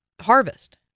harvest